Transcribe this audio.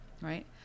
right